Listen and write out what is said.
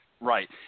right